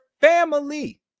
family